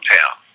Town